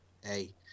Hey